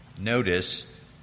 notice